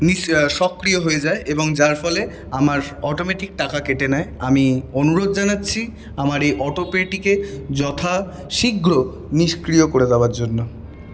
সক্রিয় হয়ে যায় এবং যার ফলে আমার অটোমেটিক টাকা কেটে নেয় আমি অনুরোধ জানাচ্ছি আমার এই অটো পেটিকে যথা শীঘ্র নিষ্ক্রিয় করে দেওয়ার জন্য